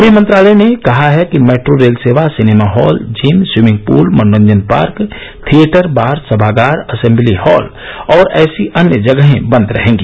गृह मंत्रालय ने कहा है कि मेट्रो रेल सेवा cinema hall gym swimming pool मनोरंजन पार्क थिएटर बार सभागार असेम्बली हॉल और ऐसी अन्य जगहे बंद रहेंगी